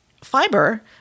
fiber